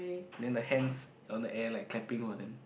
then the hands on the air like clapping for them